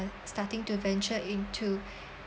starting to venture into